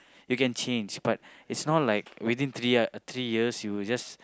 you can change but is not like within three year three years you'll just